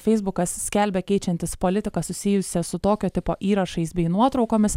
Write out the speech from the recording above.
feisbukas skelbia keičiantis politiką susijusią su tokio tipo įrašais bei nuotraukomis